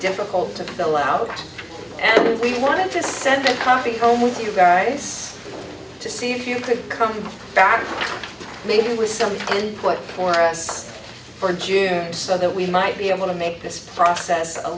difficult to sell out and we wanted to send a copy home with you guys to see if you could come back maybe with some input for us for june so that we might be able to make this process a